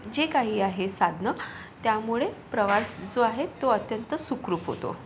जे काही आहे साधनं त्यामुळे प्रवास जो आहे अत्यंत सुखरूप होतो